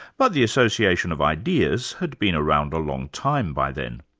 but the association of ideas had been around a long time by then.